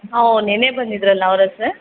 ಓ ನೆನ್ನೆ ಬಂದಿದ್ದಿರಲ್ಲ ಅವ್ರಾ ಸರ್